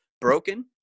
broken